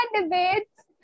debates